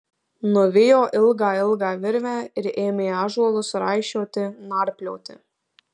nuvijo ilgą ilgą virvę ir ėmė ąžuolus raišioti narplioti